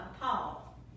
Paul